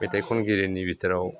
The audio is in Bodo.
मेथाइ खनगिरिनि बिथोराव